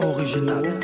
Original